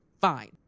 fine